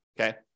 okay